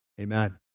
amen